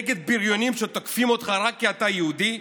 מבריונים שתוקפים אותך רק כי אתה יהודי?